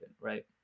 right